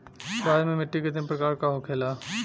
भारत में मिट्टी कितने प्रकार का होखे ला?